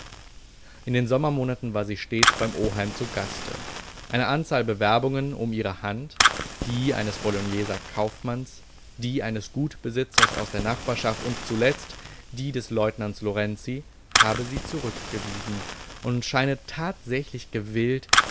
in den sommermonaten war sie stets beim oheim zu gaste eine anzahl bewerbungen um ihre hand die eines bologneser kaufmanns die eines gutsbesitzers aus der nachbarschaft und zuletzt die des leutnants lorenzi habe sie zurückgewiesen und scheine tatsächlich gewillt